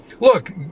Look